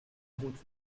route